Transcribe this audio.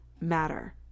matter